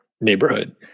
neighborhood